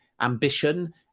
ambition